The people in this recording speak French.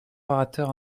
orateur